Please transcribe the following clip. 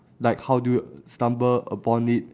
like how do you stumble upon it